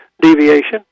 deviation